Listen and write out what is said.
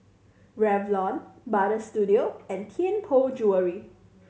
Revlon Butter Studio and Tianpo Jewellery